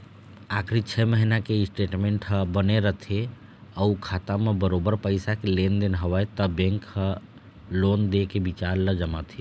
आखरी छै महिना के स्टेटमेंट ह बने रथे अउ खाता म बरोबर पइसा के लेन देन हवय त बेंक ह लोन दे के बिचार ल जमाथे